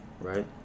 Right